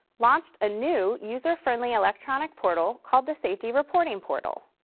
launched a new user-friendly electronic portal called the safety reporting portal.